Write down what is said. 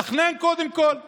קודם כול תתכנן.